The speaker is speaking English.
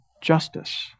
justice